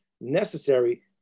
necessary